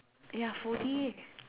ya forty eight